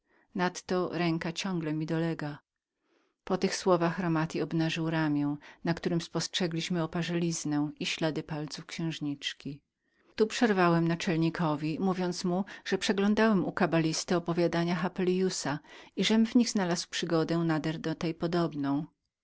nadto ręka ciągle mocno mnie dolega przy tych słowach romati obnażył ramię na którem spostrzegliśmy oparzeliznę i ślady palców księżniczki tu przerwałem naczelnikowi mówiąc mu że przeglądałem u kabalisty niektóre podania hapeliusa i żem w nich znalazł przygodę nader do tej podobną